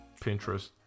Pinterest